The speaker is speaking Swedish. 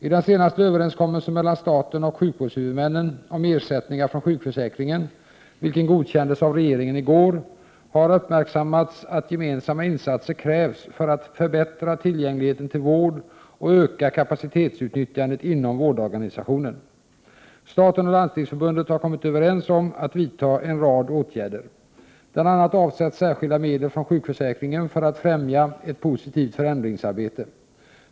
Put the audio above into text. I den senaste överenskommelsen mellan staten och sjukvårdshuvudmännen om ersättningar från sjukförsäkringen, vilken godkändes av regeringen i går, har uppmärksammats att gemensamma insatser krävs för att förbättra tillgängligheten till vård och öka kapacitetsutnyttjandet inom vårdorganisationen. Staten och Landstingsförbundet har kommit överens om att vidta en rad åtgärder. Bl.a. avsätts särskilda medel från sjukförsäkringen för att främja ett positivt förändringsarbete.